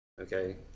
Okay